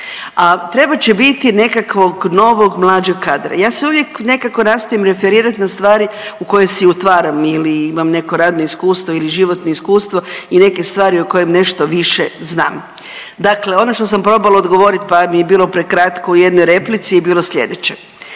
a trebat će biti nekakvog novog mlađeg kadra. Ja se uvijek nekako nastojim referirati na stvari u koje si utvaram ili imam neko radno iskustvo ili životno iskustvo i neke stvari o kojima nešto više znam. Dakle, ono što sam probala odgovoriti, pa mi je bilo prekratko u jednoj replici je bilo slijedeće.